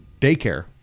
daycare